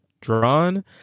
drawn